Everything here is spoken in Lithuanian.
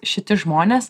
šiti žmonės